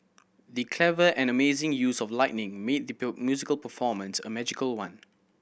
the clever and amazing use of lighting made the musical performance a magical one